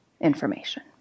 information